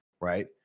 Right